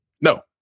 No